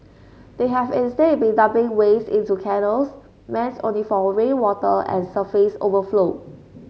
they have instead been dumping waste into canals meant only for rainwater and surface overflow